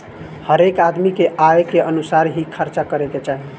हरेक आदमी के आय के अनुसार ही खर्चा करे के चाही